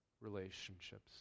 relationships